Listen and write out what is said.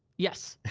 yes,